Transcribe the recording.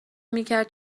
میکرد